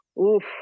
Oof